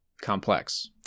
complex